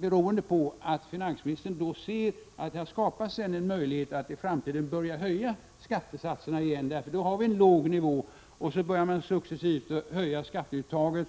beroende på att finansministern ser att här skapas ännu än möjlighet att i framtiden börja höja skattesatserna igen? Då har vi en låg nivå och så börjar man successivt höja skatteuttaget.